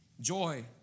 Joy